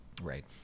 right